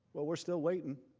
but we are still waiting.